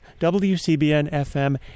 WCBN-FM